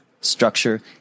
structure